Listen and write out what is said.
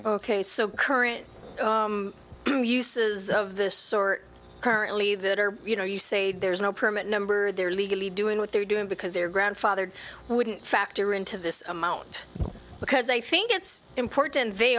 ok so current uses of this sort currently that are you know you say there's no permit number they're legally doing what they're doing because they're grandfathered wouldn't factor into this amount because i think it's important they